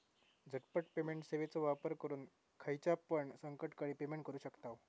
झटपट पेमेंट सेवाचो वापर करून खायच्यापण संकटकाळी पेमेंट करू शकतांव